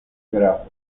grafos